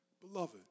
Beloved